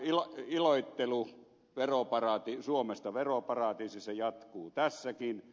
tämä suomesta veroparatiisi iloittelu jatkuu tässäkin